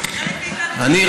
אני,